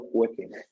working